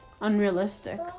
unrealistic